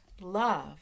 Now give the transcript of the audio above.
Love